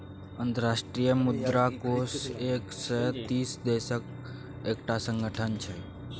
अंतर्राष्ट्रीय मुद्रा कोष एक सय तीस देशक एकटा संगठन छै